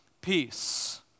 peace